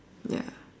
ya